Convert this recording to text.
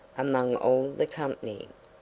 among all the company.